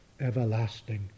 everlasting